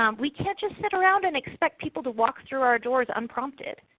um we can't just sit around and expect people to walk through our doors unprompted.